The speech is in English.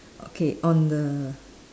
okay on the